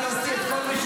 בואו נלבש